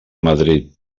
madrid